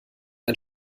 ein